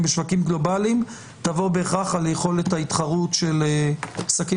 בשווקים גלובליים יבוא בהכרח על יכולת ההתחרות של עסקים